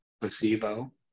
Placebo